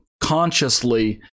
consciously